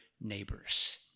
neighbors